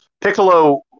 Piccolo